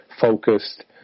focused